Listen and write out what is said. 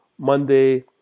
Monday